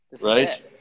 Right